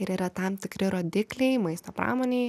ir yra tam tikri rodikliai maisto pramonėj